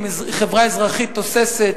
עם חברה אזרחית תוססת.